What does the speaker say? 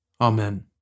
Amen